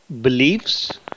beliefs